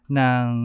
ng